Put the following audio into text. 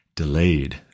Delayed